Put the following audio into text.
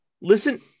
Listen